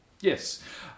Yes